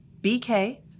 BK